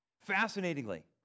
Fascinatingly